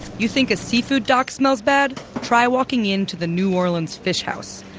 you think a seafood dock smells bad? try walking in to the new orleans fish house.